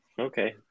okay